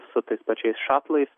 su tais pačiais šatlais